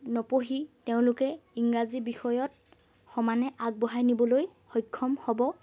নপঢ়ি তেওঁলোকে ইংৰাজী বিষয়ত সমানে আগবঢ়াই নিবলৈ সক্ষম হ'ব